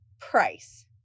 price